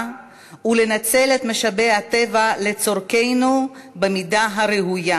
ולנצל את משאבי הטבע לצרכינו במידה הראויה: